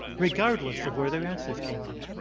regardless of where their answers came out.